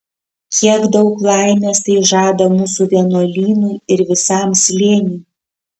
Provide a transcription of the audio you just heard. kiek daug laimės tai žada mūsų vienuolynui ir visam slėniui